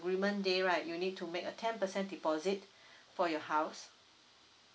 agreement day right you need to make a ten percent deposit for your house